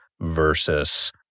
versus